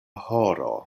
horo